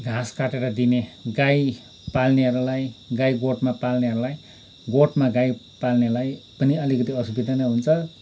घाँस काटेर दिने गाई पाल्नेहरूलाई गाई गोठमा पाल्नेहरूलाई गोठमा गाई पाल्नेलाई पनि अलिकति असुविधा नै हुन्छ